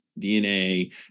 DNA